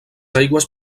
aigües